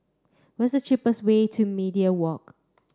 what's the cheapest way to Media Walk